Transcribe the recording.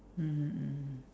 mmhmm mmhmm